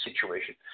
situation